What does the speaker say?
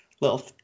little